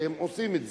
שהם עושים את זה.